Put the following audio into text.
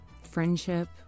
friendship